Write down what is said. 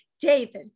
david